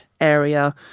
area